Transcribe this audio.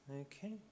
okay